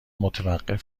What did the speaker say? متوقف